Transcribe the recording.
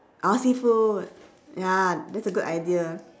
oh seafood ya that's a good idea